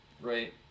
right